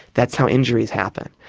that's how injuries happen.